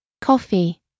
Coffee